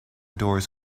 doors